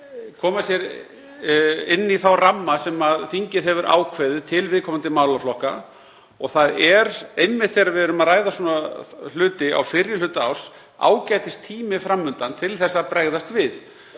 koma sér inn í þá ramma sem þingið hefur ákveðið fyrir viðkomandi málaflokka og einmitt þegar við erum að ræða svona hluti á fyrri hluta árs er ágætistími fram undan til að bregðast við.